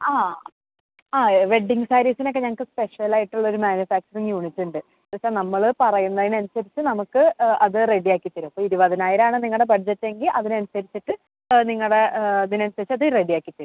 ആ ആ വെഡ്ഡിംഗ് സാരീസിനൊക്കെ ഞങ്ങൾക്ക് സ്പെഷ്യലായിട്ടുള്ളൊരു മാനുഫാക്ച്ചറിംഗ് യൂണിറ്റുണ്ട് ഇപ്പോൾ നമ്മൾ പറയുന്നതിനനുസരിച്ച് നമുക്ക് അത് റെഡിയാക്കി തരും ഇപ്പോൾ ഇരുപതിനായിരമാണ് നിങ്ങളുടെ ബഡ്ജറ്റെങ്കിൽ അതിനനുസരിച്ചിട്ട് അത് നിങ്ങളുടെ ഇതിനനുസരിച്ചത് റെഡിയാക്കി തരും